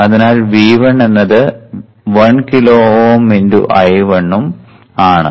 അതിനാൽ V1 എന്നത് 1 kilo Ω × I1 ഉം ആണ്